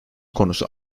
konusu